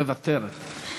מוותרת.